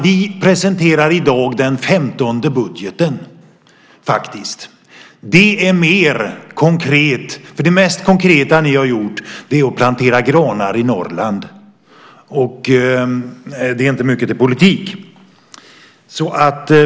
Vi presenterar i dag vår femtonde budget. Det mest konkreta ni har gjort är att plantera granar i Norrland, och det är inte mycket till politik.